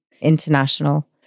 international